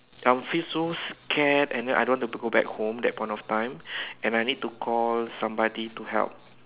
I will feel so scared and then I don't want to go back home that point of time and I need to call somebody to help